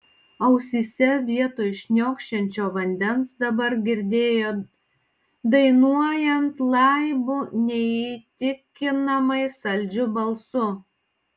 ausyse vietoj šniokščiančio vandens dabar girdėjo dainuojant laibu neįtikimai saldžiu balsu